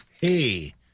Hey